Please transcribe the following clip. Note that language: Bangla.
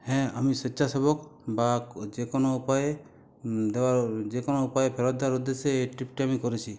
হ্যাঁ আমি স্বেচ্ছাসেবক বা যে কোনো উপায়ে ধর যে কোনো উপায়ে ফেরত দেওয়ার উদ্দেশ্যে এই ট্রিপটি আমি করেছি